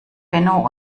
benno